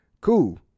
Cool